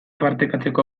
partekatzeko